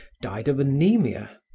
died of anaemia,